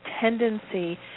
tendency